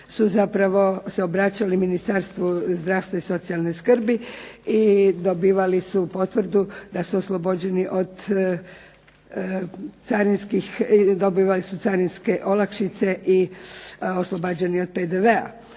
se zapravo obraćali Ministarstvu zdravstva i socijalne skrbi i dobivali su potvrdi da su oslobođeni od carinskih, dobivali su carinske olakšice i oslobađani od PDV-a.